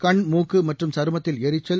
கண்மூக்குமற்றும் சருமத்தில் எரிச்சல்